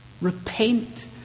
Repent